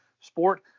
sport